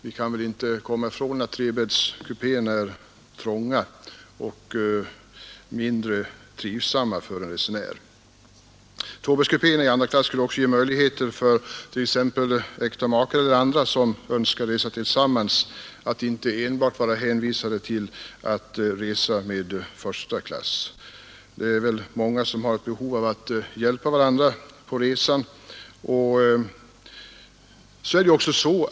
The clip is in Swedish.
Vi kan väl inte komma ifrån att trebäddskupéerna är trånga och mindre trivsamma för en resenär. Tvåbäddskupéer i andra klass skulle också ge möjligheter för t.ex. äkta makar eller andra som önskar resa tillsammans att inte enbart vara hänvisade till att resa i första klass. Många har ett behov av att hjälpa varandra på resan.